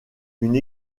une